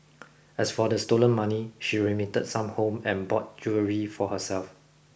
as for the stolen money she remitted some home and bought jewellery for herself